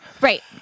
Right